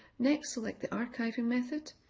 next, select the archiving method.